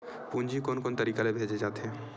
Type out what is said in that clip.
पूंजी कोन कोन तरीका ले भेजे जाथे?